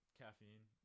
caffeine